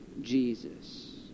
Jesus